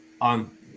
on